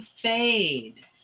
fade